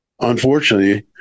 unfortunately